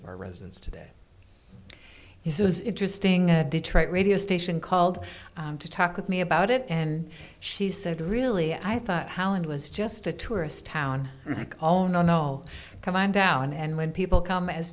of our residents today it was interesting detroit radio station called to talk with me about it and she said really i thought how and was just a tourist town like oh no no come on down and when people come as